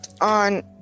on